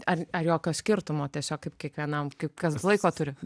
ar ar jokio skirtumo tiesiog kaip kiekvienam kaip kas laiko turi